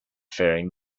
faring